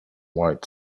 white